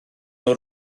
nhw